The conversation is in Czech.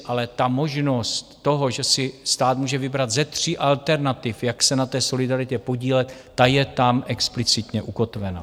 Ale ta možnost toho, že si stát může vybrat ze tří alternativ, jak se na solidaritě podílet, ta je tam explicitně ukotvena.